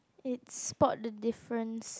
it's spot the difference